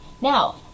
now